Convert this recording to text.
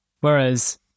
whereas